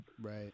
Right